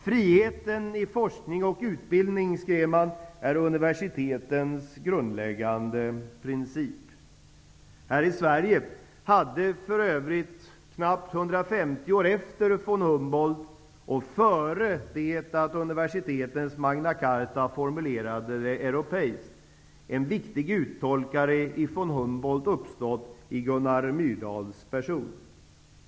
Friheten i forskning och utbildning är universitetens grundläggande princip.'' Här i Sverige hade för övrigt 150 år efter von Carta formulerades europeiskt en viktig uttolkare av von Humboldt uppstått i Gunnar Myrdals person.